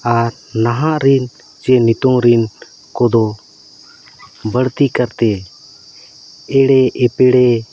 ᱟᱨ ᱱᱟᱦᱟᱜ ᱨᱤᱱ ᱪᱮ ᱱᱤᱛᱚᱝ ᱨᱤᱱ ᱠᱚᱫᱚ ᱵᱟᱹᱲᱛᱤ ᱠᱟᱨᱛᱮ ᱮᱲᱮ ᱮᱯᱮᱲᱮ